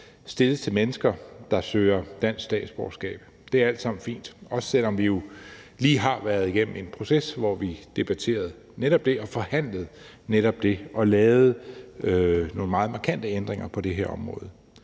stilles til mennesker, der søger dansk statsborgerskab. Det er alt sammen fint, også selv om vi jo lige har været igennem en proces, hvor vi debatterede netop det og forhandlede netop det og lavede nogle meget markante ændringer på det her område.